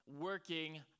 working